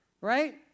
right